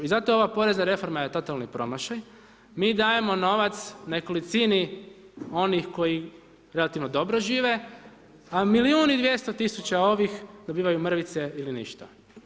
I zato ova porezna reforma je totalni promašaj, mi dajemo novac nekolicini onih koji relativno dobro žive a milijun i 200 tisuća ovih dobivaju mrvice ili ništa.